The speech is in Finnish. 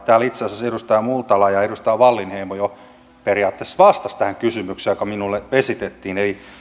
täällä itse asiassa edustaja multala ja edustaja wallinheimo jo periaatteessa vastasivat tähän kysymykseen joka minulle esitettiin eli